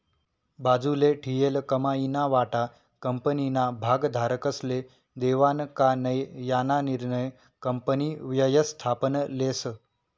बाजूले ठीयेल कमाईना वाटा कंपनीना भागधारकस्ले देवानं का नै याना निर्णय कंपनी व्ययस्थापन लेस